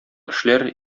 эшләр